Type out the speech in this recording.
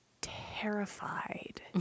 terrified